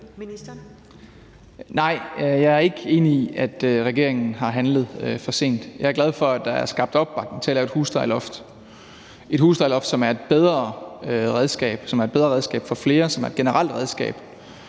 Jeg er ikke enig i, at regeringen har handlet for sent. Jeg er glad for, at der er skabt opbakning til at lave et huslejeloft – et huslejeloft, som er et bedre redskab, som er et bedre redskab